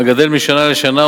הגדל משנה לשנה,